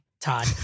Todd